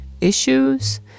issues